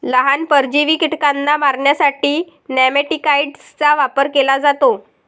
लहान, परजीवी कीटकांना मारण्यासाठी नेमॅटिकाइड्सचा वापर केला जातो